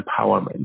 empowerment